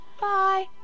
Bye